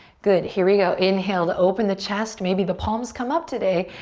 good, here we go. inhale to open the chest. maybe the palms come up today,